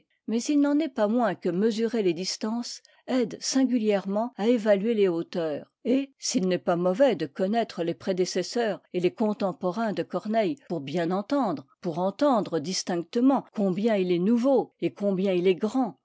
mais il n'en est pas moins que mesurer les distances aide singulièrement à évaluer les hauteurs et s'il n'est pas mauvais de connaître les prédécesseurs et les contemporains de corneille pour bien entendre pour entendre distinctement combien il est nouveau et combien il est grand